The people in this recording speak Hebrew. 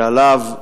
שעליו,